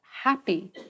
happy